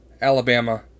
Alabama